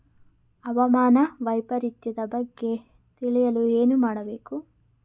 ಹವಾಮಾನ ವೈಪರಿತ್ಯದ ಬಗ್ಗೆ ತಿಳಿಯಲು ಏನು ಮಾಡಬೇಕು?